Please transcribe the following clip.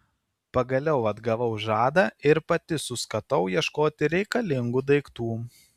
pagaliau atgavau žadą ir pati suskatau ieškoti reikalingų daiktų